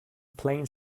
plain